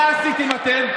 מה עשיתם אתם?